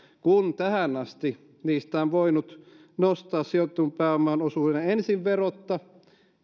kun tähän asti niistä on voinut nostaa ensin sijoitetun pääoman osuuden verotta